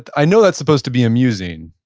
i know that's supposed to be amusing.